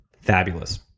Fabulous